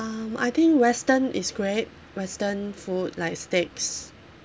um I think western is great western food like steaks